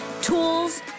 tools